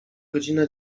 godzina